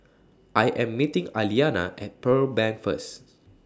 I Am meeting Aliana At Pearl Bank First